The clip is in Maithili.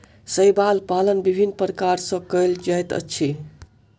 शैवाल पालन विभिन्न प्रकार सॅ कयल जाइत अछि